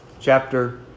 chapter